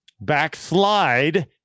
backslide